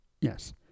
Yes